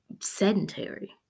sedentary